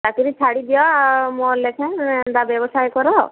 ଚାକିରୀ ଛାଡ଼ି ଦିଅ ମୋର ଲେଖେଂ ବ୍ୟବସାୟ କର